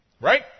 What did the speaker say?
Right